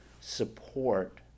support